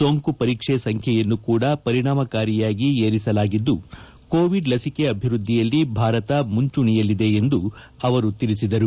ಸೋಂಕು ಪರೀಕ್ಷೆ ಸಂಖ್ಯೆಯನ್ನು ಕೂಡ ಪರಿಣಾಮಕಾರಿಯಾಗಿ ಏರಿಸಲಾಗಿದ್ದು ಕೋವಿಡ್ ಲಸಿಕೆ ಅಭಿವ್ಯದ್ಲಿಯಲ್ಲಿ ಭಾರತ ಮುಂಚೂಣಿಯಲ್ಲಿದೆ ಎಂದು ಅವರು ತಿಳಿಸಿದರು